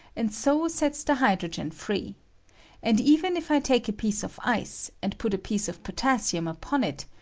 and so sets the hydro gen free and even if i take a piece of ice, and put a piece of potassium upon it,